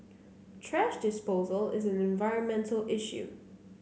thrash disposal is an environmental issue